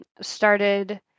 started